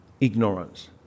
ignorance